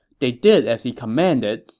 they did as he commanded,